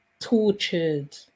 tortured